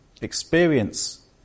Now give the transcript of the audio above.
experience